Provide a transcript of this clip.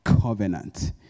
covenant